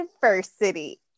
diversity